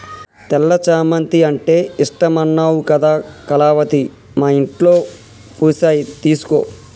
తెల్ల చామంతి అంటే ఇష్టమన్నావు కదా కళావతి మా ఇంట్లో పూసాయి తీసుకో